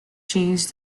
changed